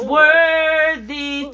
worthy